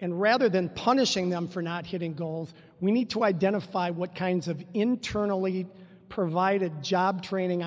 and rather than punishing them for not hitting goals we need to identify what kinds of internally provided job training